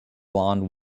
blond